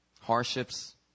hardships